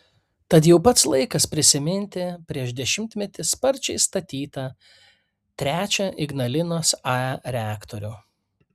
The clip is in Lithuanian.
tad jau pats laikas prisiminti prieš dešimtmetį sparčiai statytą trečią ignalinos ae reaktorių